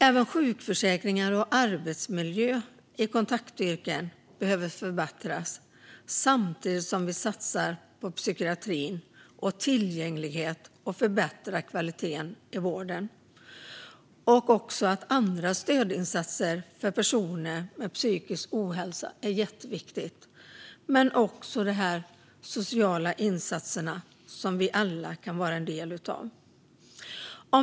Även sjukförsäkringen och arbetsmiljön i kontaktyrken behöver förbättras, samtidigt som vi satsar på psykiatrin, tillgänglighet och förbättring av kvaliteten i vården. Även andra stödinsatser för personer med psykisk ohälsa är jätteviktiga, men också de sociala insatser som vi alla kan vara en del av.